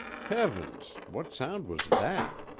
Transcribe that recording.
heavens! what sound was that?